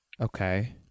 Okay